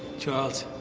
charles?